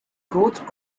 coat